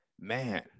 man